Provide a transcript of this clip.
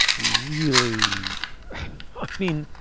really i mean,